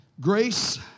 Grace